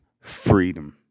freedom